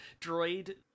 droid